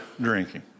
drinking